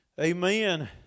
Amen